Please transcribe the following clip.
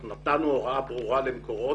אנחנו נתנו הוראה ברורה למקורות,